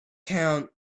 count